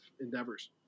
endeavors